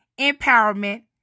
empowerment